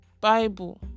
Bible